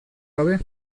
gabe